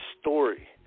story